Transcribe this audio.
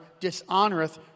dishonoreth